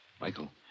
Michael